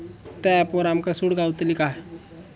त्या ऍपवर आमका सूट गावतली काय?